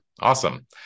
Awesome